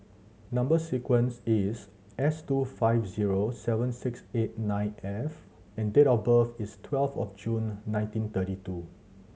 number sequence is S two five zero seven six eight nine F and date of birth is twelve of June nineteen thirty two